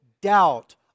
doubt